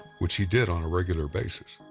which he did on a regular basis.